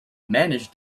managed